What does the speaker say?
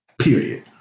Period